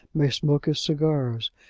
may smoke his cigars,